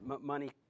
money